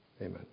amen